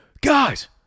guys